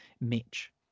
Mitch